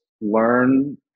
learn